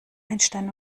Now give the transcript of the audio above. einstein